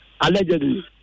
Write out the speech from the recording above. allegedly